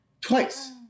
Twice